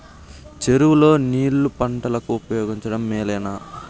చెరువు లో నీళ్లు పంటలకు ఉపయోగించడం మేలేనా?